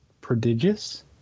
prodigious